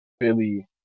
Philly